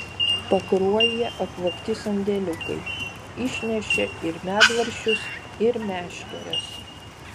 pakruojyje apvogti sandėliukai išnešė ir medvaržčius ir meškeres